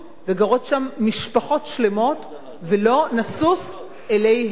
וגרות שם משפחות שלמות ולא נשיש אלי הרס.